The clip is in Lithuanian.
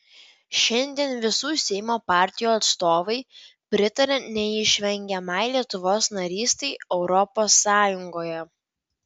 šiandien visų seimo partijų atstovai pritaria neišvengiamai lietuvos narystei europos sąjungoje